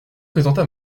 présenta